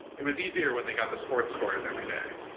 it was easier when they got the sports scores every day,